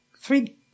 three